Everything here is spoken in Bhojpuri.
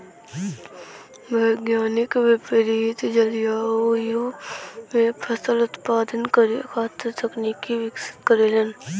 वैज्ञानिक विपरित जलवायु में फसल उत्पादन करे खातिर तकनीक विकसित करेलन